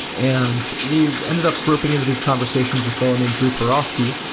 and we ended up propping into these conversations, a fellow named drew peroski,